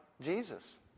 Jesus